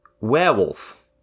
Werewolf